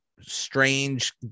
Strange